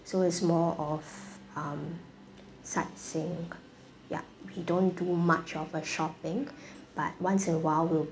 so it's more of um sightseeing ya if you don't do much of a shopping but once a while we'll